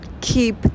keep